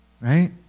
Right